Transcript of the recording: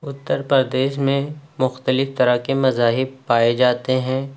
اُتّر پردیش میں مختلف طرح کے مذاہب پائے جاتے ہیں